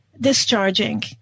Discharging